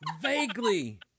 Vaguely